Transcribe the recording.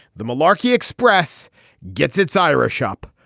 the malarky express gets its i. r. a shop.